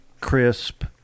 crisp